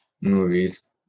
Movies